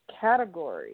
category